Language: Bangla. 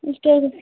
তোর